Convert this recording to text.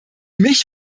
mich